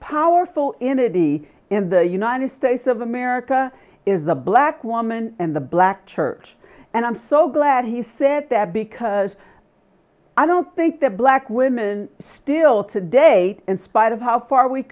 powerful entity in the united states of america is a black woman in the black church and i'm so glad he said that because i don't think that black women still today in spite of how far we